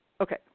Okay